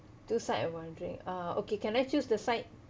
two sides and one drink uh okay can I choose the side